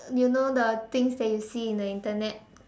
you know the things that you see in the Internet